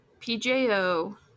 PJO